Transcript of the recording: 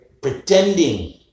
pretending